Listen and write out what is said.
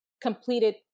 completed